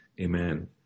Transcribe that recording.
Amen